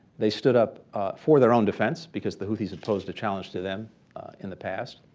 they stood up for their own defense because the houthis had posed a challenge to them in the past.